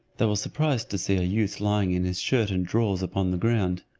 they were surprised to see a youth lying in his shirt and drawers upon the ground.